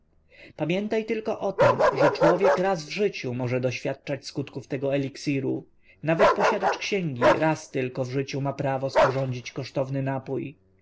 pamiętaj tylko o tem że człowiek raz w życiu może doświadczać skutków tego eliksiru nawet posiadacz księgi raz tylko w życiu ma prawo sporządzić kosztowny płyn skorzystałem i